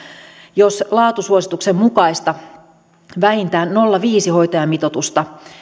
jos laatusuosituksen mukaista vähintään nolla pilkku viisi hoitajamitoitusta